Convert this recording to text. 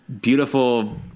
beautiful